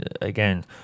again